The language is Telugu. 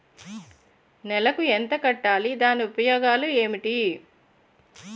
నెలకు ఎంత కట్టాలి? దాని ఉపయోగాలు ఏమిటి?